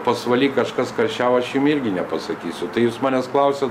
pasvaly kažkas karščiavo aš jum irgi nepasakysiu tai jūs manęs klausiat